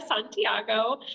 Santiago